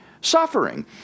suffering